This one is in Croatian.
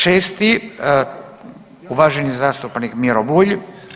6. uvaženi zastupnik Miro Bulj.